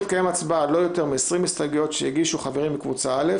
תתקיים הצבעה על לא יותר מ-20 הסתייגות שהגישו חברים מקבוצה א',